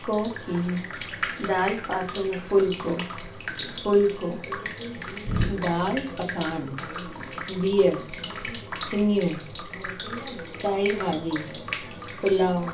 कोकी दालि पातो फुल्को फुल्को दालि पकवान बिहु सिङियूं साई भाॼी पुलाव